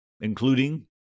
including